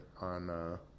on